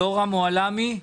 יורם מועלמי.